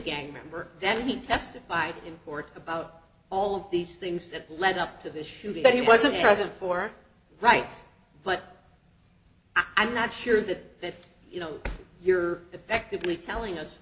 gang member then he testified in court about all of these things that led up to the shooting that he wasn't present for right but i'm not sure that you know you're effectively telling us